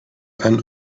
end